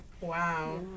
Wow